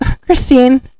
Christine